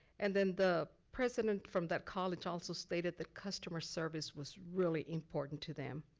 and then the president from that college also stated that customer service was really important to them.